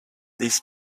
this